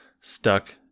stuck